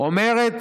אומרת